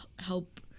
help